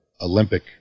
Olympic